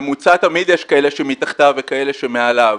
ממוצע תמיד יש כאלה שהם מתחתיו וכאלה שמעליו,